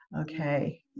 okay –